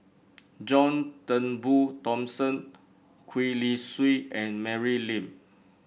John Turnbull Thomson Gwee Li Sui and Mary Lim